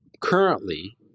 currently